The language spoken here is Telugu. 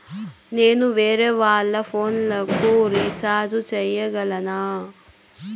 నేను వేరేవాళ్ల ఫోను లకు రీచార్జి సేయగలనా?